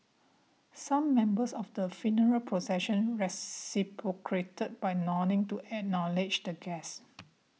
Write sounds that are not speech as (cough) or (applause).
some members of the funeral procession (unintelligible) by nodding to acknowledge the guests